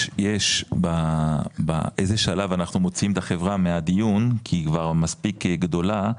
יש באיזה שלב אנחנו מוציאים את החברה מהדיון כי היא כבר מספיק גדולה,